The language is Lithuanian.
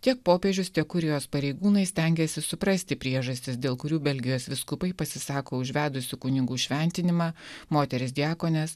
tiek popiežius tiek kurijos pareigūnai stengiasi suprasti priežastis dėl kurių belgijos vyskupai pasisako už vedusių kunigų šventinimą moteris diakones